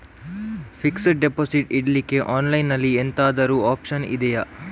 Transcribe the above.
Fixed deposit ಇಡ್ಲಿಕ್ಕೆ online ಅಲ್ಲಿ ಎಂತಾದ್ರೂ ಒಪ್ಶನ್ ಇದ್ಯಾ?